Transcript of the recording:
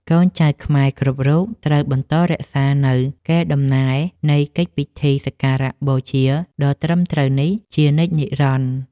កូនចៅខ្មែរគ្រប់រូបត្រូវបន្តរក្សានូវកេរដំណែលនៃកិច្ចពិធីសក្ការបូជាដ៏ត្រឹមត្រូវនេះជានិច្ចនិរន្តរ៍។